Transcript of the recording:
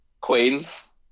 Queens